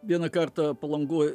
vieną kartą palangoj